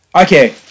Okay